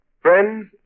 Friends